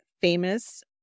famous